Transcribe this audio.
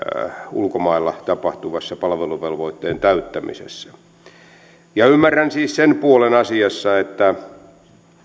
ulkomailla tapahtuvassa palveluvelvoitteen täyttämisessä ymmärrän siis sen puolen asiassa että